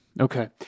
okay